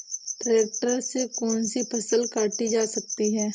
Tractor से कौन सी फसल काटी जा सकती हैं?